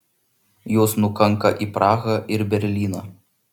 jos nukanka į prahą ir berlyną